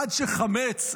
עד שחמץ,